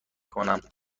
کنم